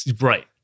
Right